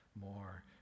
more